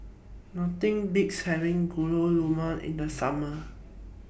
Nothing Beats having Gulab Jamun in The Summer